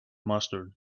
mustard